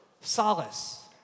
solace